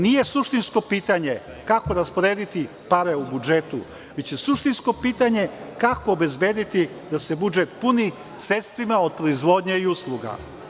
Nije suštinsko pitanje kako rasporediti pare u budžetu, već je suštinsko pitanje kako obezbediti da se budžet puni sredstvima od proizvodnje i usluga.